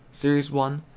series one,